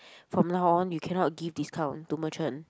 from now on you cannot give discount to merchant